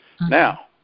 Now